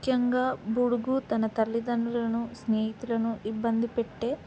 ముఖ్యంగా బుడుగు తన తల్లిదండ్రులను స్నేహితులను ఇబ్బంది పెట్టే